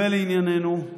ולענייננו,